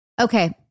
Okay